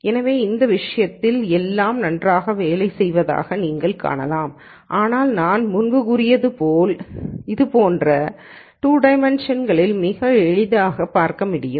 எனவே இந்த விஷயத்தில் எல்லாம் நன்றாக வேலை செய்வதாக நீங்கள் காணலாம் ஆனால் நான் முன்பு கூறியது போல் இது போன்ற முடிவுகளை 2 டைமென்ஷன்ங்களில் மிக எளிதாக பார்க்க முடியும்